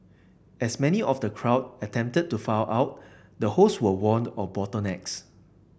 as many of the crowd attempted to file out the host were warned of bottlenecks